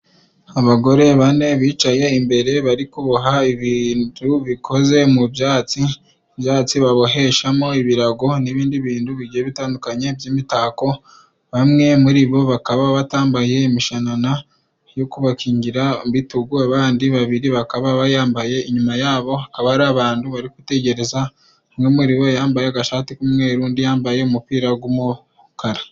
Abagore bane bicaye imbere bari kuboha ibintu bikoze mu byatsi ibyatsi baboheshamo ibirago n'ibindi bintu bigiye bitandukanye by'imitako bamwe muri bo bakaba batambaye imishanana yo kubakingira ibitugu abandi babiri bakaba yambaye inyuma yabo akaba ari abantu bari gutegereza umwe muri bo yambaye agashati k'umweru undi yambaye umupira g'umukara.